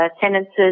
sentences